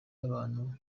y’abantu